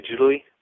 digitally